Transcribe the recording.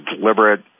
deliberate